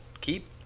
Keep